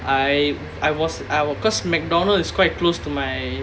I I was I because Mcdonald's is quite close to my